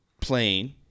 plane